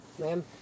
ma'am